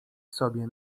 sobie